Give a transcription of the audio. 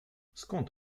skąd